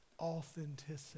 Authenticity